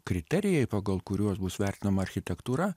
kriterijai pagal kuriuos bus vertinama architektūra